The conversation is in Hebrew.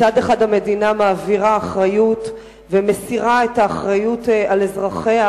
מצד אחד המדינה מעבירה אחריות ומסירה את האחריות לאזרחיה,